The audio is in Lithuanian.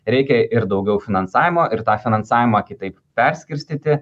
reikia ir daugiau finansavimo ir tą finansavimą kitaip perskirstyti